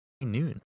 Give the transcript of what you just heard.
Noon